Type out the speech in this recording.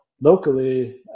locally